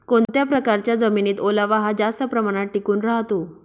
कोणत्या प्रकारच्या जमिनीत ओलावा हा जास्त प्रमाणात टिकून राहतो?